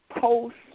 post